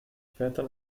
später